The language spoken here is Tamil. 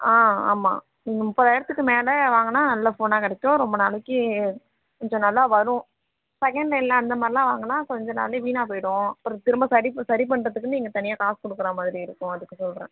ஆ ஆமாம் முப்பதாயிரத்துக்கு மேலே வாங்குனா நல்ல ஃபோனாக கிடைக்கும் ரொம்ப நாளைக்கு கொஞ்சம் நல்லா வரும் செகண்ட் ஹாண்ட்டில் அந்தமாதிரிலாம் வாங்குனா கொஞ்ச நாள்லயே வீணாக போயிவிடும் அப்புறம் திரும்ப சரி ப சரி பண்ணுறதுக்குன்னு நீங்கள் தனியாக காசு கொடுக்குறமாரி இருக்கும் அதுக்கு சொல்கிறேன்